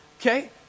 okay